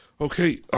Okay